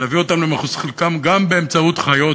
להביא אותם למחוז חפצם גם באמצעות חיות